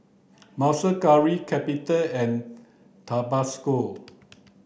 Monster Curry Capital and Tabasco